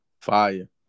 Fire